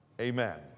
Amen